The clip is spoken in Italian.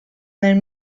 nel